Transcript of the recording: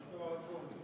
מה שלום הרפורמים?